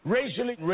Racially